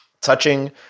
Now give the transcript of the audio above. touching